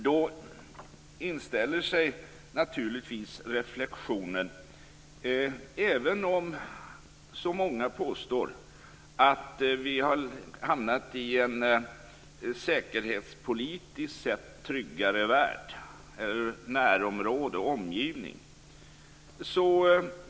Då inställer sig naturligtvis en reflexion. Många påstår att vi har fått en säkerhetspolitiskt sett tryggare omgivning.